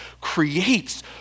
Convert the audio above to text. creates